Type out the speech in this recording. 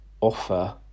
offer